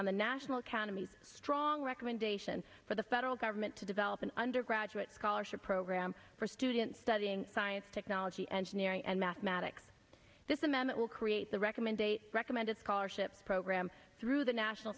on the national academy of strong recommendation for the federal government to develop an undergraduate scholarship program for students studying science technology engineering and mathematics this amendment will create the recommend a recommended scholarship program through the national